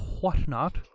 whatnot